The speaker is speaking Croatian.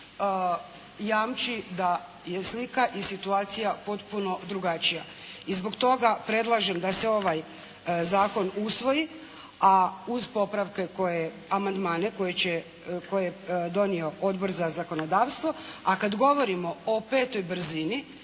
jamči da je slika i situacija potpuno drugačija. I zbog toga predlažem da se ovaj Zakon usvoji a uz popravke koje, amandmane koje je donio Odbor za zakonodavstvo. A kada govorimo o petoj brzini,